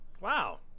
Wow